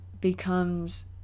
becomes